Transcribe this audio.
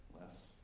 less